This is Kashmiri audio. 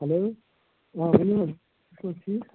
ہٮ۪لو آ ؤنِو حظ تُہۍ چھُو حظ ٹھیٖک